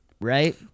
right